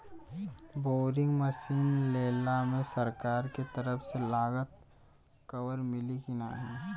Boring machine लेला मे सरकार के तरफ से लागत कवर मिली की नाही?